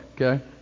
okay